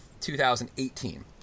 2018